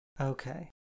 Okay